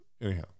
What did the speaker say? anyhow